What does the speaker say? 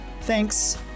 Thanks